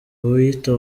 wiyita